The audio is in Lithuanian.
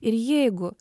ir jeigu